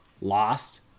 lost